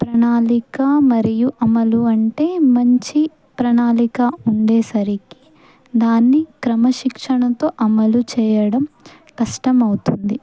ప్రణాళిక మరియు అమలు అంటే మంచి ప్రణాళిక ఉండేసరికి దాన్ని క్రమశిక్షణతో అమలు చేయడం కష్టమవుతుంది